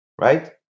Right